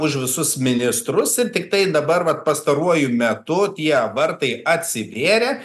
už visus ministrus ir tiktai dabar vat pastaruoju metu tie vartai atsivėrė